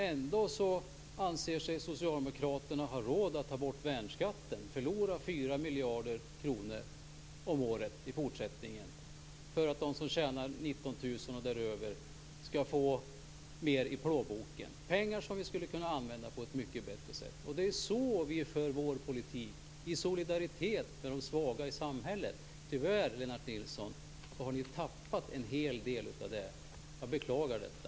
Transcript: Ändå anser sig Socialdemokraterna ha råd att ta bort värnskatten och förlora 4 miljarder kronor om året i fortsättningen för att de som tjänar 19 000 kr och däröver skall få mer i plånboken. Det är pengar vi skulle kunna använda på ett mycket bättre sätt. Det är så Vänsterpartiet för sin politik - i solidaritet med de svaga i samhället. Tyvärr, Lennart Nilsson, har ni socialdemokrater tappat en hel del av det. Jag beklagar detta.